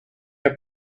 are